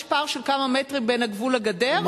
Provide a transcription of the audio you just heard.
יש פער של כמה מטרים בין הגבול לגדר,